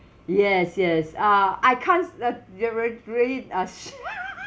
yes yes uh I can't uh the reall~ really uh sha~